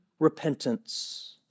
repentance